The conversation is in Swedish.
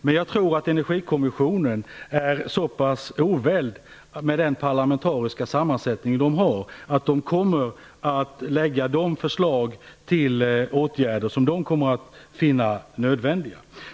Men jag tror att den är så pass oväldig att den, med den parlamentariska sammansättning som den har, kommer att lägga fram de förslag till åtgärder som den finner nödvändiga.